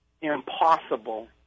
Impossible